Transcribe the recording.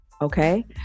Okay